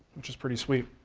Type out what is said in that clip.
which is pretty sweet.